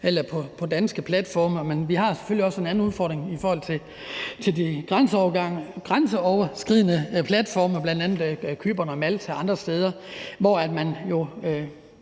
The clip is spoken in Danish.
sig på danske platforme. Men vi har selvfølgelig også en anden udfordring i forhold til de grænseoverskridende platforme, bl.a. på Cypern og Malta og andre steder, hvor man